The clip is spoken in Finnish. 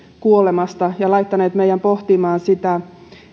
kuolemasta ja laittaneet meidät pohtimaan sitä